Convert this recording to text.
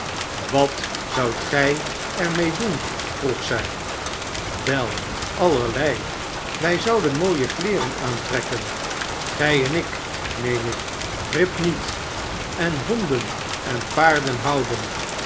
wat zoudt gij er mee doen vroeg zij wel allerlei wij zouden mooie kleeren aantrekken gij en ik meen ik grip niet en honden en paarden houden